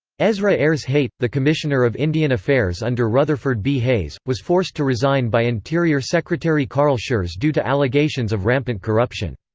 ezra ayres hayt, the commissioner of indian affairs under rutherford b. hayes, was forced to resign by interior secretary carl schurz due to allegations of rampant corruption.